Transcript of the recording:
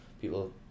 People